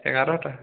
এগারোটা